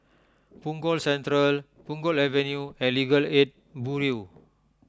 Punggol Central Punggol Avenue and Legal Aid Bureau